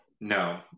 no